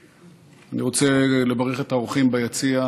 אני רוצה לברך את האורחים ביציע,